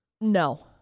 No